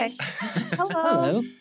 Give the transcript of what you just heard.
Hello